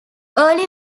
early